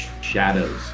shadows